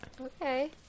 okay